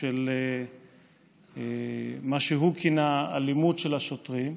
של מה שהוא כינה " אלימות של השוטרים".